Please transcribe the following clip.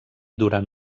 durant